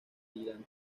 dylan